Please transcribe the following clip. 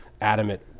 adamant